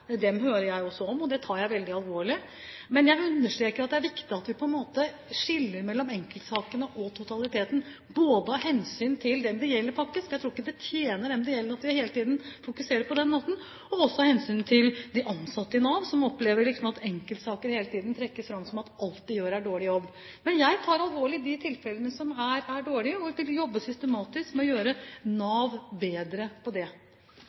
Dem hører jeg også om, og det tar jeg veldig alvorlig. Men jeg understreker at det er viktig at vi skiller mellom enkeltsakene og totaliteten både av hensyn til den det gjelder, faktisk – for jeg tror ikke det tjener dem det gjelder at vi hele tiden fokuserer på den måten – og også av hensyn til de ansatte i Nav, som opplever at enkeltsaker hele tiden trekkes fram som eksempel på at alt de gjør, er dårlig jobb. Men jeg tar alvorlig de tilfellene som er dårlige, og vil jobbe systematisk med å gjøre Nav bedre på det.